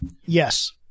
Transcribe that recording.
Yes